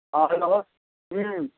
हँ हेलो हम